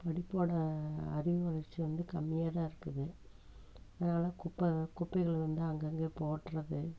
படிப்போட அறிவு வளர்ச்சி வந்து கம்மியாக தான் இருக்குது அதனால் குப்ப குப்பைகளை வந்து அங்கங்கேயே போட்டுடுறது